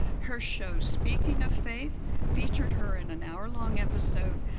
her show speaking of faith featured her in an hour-long episode,